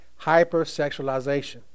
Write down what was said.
hypersexualization